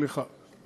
סליחה,